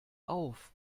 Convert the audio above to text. auf